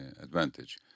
advantage